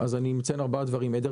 אני מציין ארבעה דברים: דבר שני,